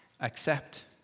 accept